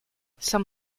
some